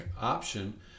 option